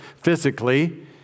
physically